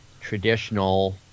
traditional